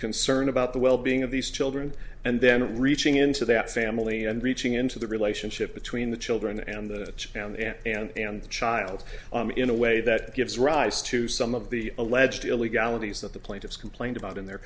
concern about the well being of these children and then reaching into that family and reaching into the relationship between the children and the and and and and the child in a way that gives rise to some of the alleged illegalities that the plaintiffs complained about in their